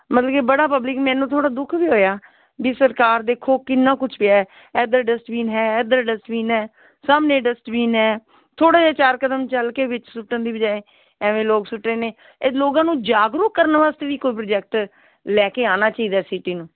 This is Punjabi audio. ਮਤਲਬ ਕਿ ਬੜਾ ਪਬਲਿਕ ਮੈਨੂੰ ਥੋੜ੍ਹਾ ਦੁੱਖ ਵੀ ਹੋਇਆ ਵੀ ਸਰਕਾਰ ਦੇਖੋ ਕਿੰਨਾ ਕੁਛ ਪਿਆ ਇੱਧਰ ਡਸਟਵੀਨ ਹੈ ਇੱਧਰ ਡਸਟਵੀਨ ਹੈ ਸਾਹਮਣੇ ਡਸਟਵੀਨ ਹੈ ਥੋੜ੍ਹਾ ਜਿਹਾ ਚਾਰ ਕਦਮ ਚੱਲ ਕੇ ਵਿੱਚ ਸੁੱਟਣ ਦੀ ਬਜਾਏ ਐਵੇਂ ਲੋਕ ਸੁੱਟ ਰਹੇ ਨੇ ਇਹ ਲੋਕਾਂ ਨੂੰ ਜਾਗਰੂਕ ਕਰਨ ਵਾਸਤੇ ਵੀ ਕੋਈ ਪ੍ਰੋਜੈਕਟ ਲੈ ਕੇ ਆਉਣਾ ਚਾਹੀਦਾ ਸੀਟੀ ਨੂੰ